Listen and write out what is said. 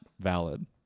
valid